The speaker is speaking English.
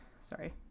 sorry